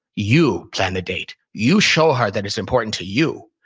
you plan the date. you show her that it's important to you.